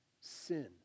sin